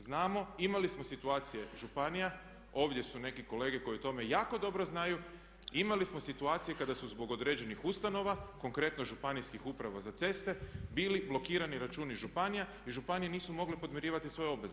Znamo, imali smo situacije županija, ovdje su neki kolege koji o tome jako dobro znaju, imali smo situacije kada su zbog određenih ustanova konkretno županijskih Uprava za ceste bili blokirani računi županija i županije nisu mogle podmirivati svoje obveze.